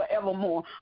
forevermore